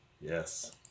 Yes